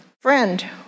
Friend